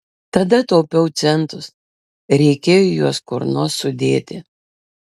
tada taupiau centus reikėjo juos kur nors sudėti